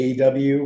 aw